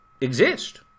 exist